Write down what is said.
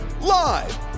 live